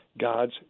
God's